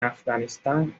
afganistán